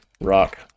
Rock